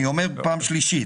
אני אומר פעם שלישית,